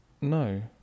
No